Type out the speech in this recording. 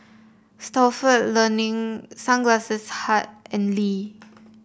Stalford Learning Sunglass Hut and Lee